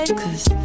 cause